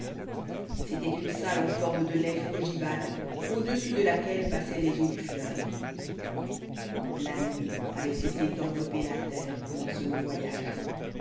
c'était une salle en forme de nef ogivale au-dessus de laquelle passaient les eaux du fleuve la nuit avait cessé d'envelopper la terre pendant ce long voyage